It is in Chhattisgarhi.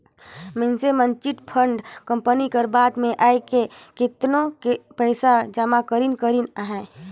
मइनसे मन चिटफंड कंपनी कर बात में आएके केतनो पइसा जमा करिन करिन अहें